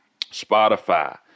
Spotify